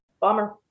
Bummer